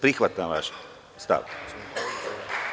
Prihvatam vaš stav.